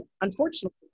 unfortunately